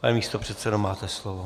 Pane místopředsedo, máte slovo.